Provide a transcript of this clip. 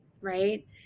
right